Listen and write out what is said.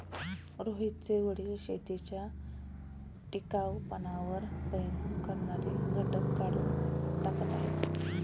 रोहितचे वडील शेतीच्या टिकाऊपणावर परिणाम करणारे घटक काढून टाकत आहेत